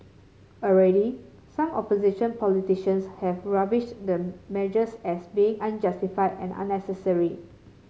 already some opposition politicians have rubbished the measures as being unjustified and unnecessary